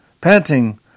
panting